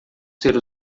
ser